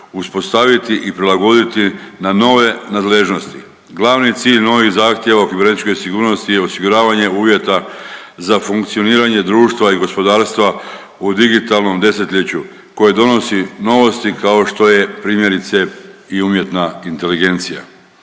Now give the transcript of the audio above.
uspostaviti i prilagoditi na nove nadležnosti. Glavni cilj novih zahtjeva o kibernetičkoj sigurnosti je osiguravanje uvjeta za funkcioniranje društva i gospodarstva u digitalnom desetljeću koje donosi novosti kao što je primjerice i umjetna inteligencija.